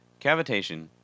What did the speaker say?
Cavitation